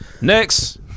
Next